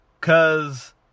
Cause